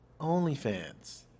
OnlyFans